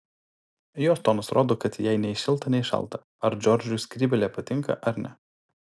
jos tonas rodo kad jai nei šilta nei šalta ar džordžui skrybėlė patinka ar ne